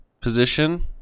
position